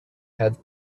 had